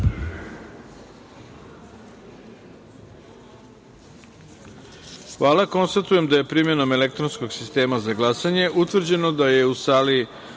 jedinice. Konstatujem da je, primenom elektronskog sistema za glasanje, utvrđeno da je u sali